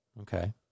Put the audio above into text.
okay